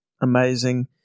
amazing